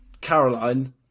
Caroline